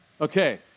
Okay